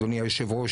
אדוני יושב הראש,